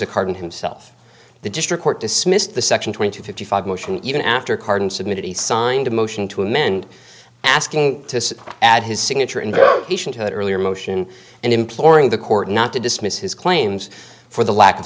to carbon himself the district court dismissed the section two thousand and fifty five motion even after cardin submitted he signed a motion to amend asking to add his signature and earlier motion and imploring the court not to dismiss his claims for the lack of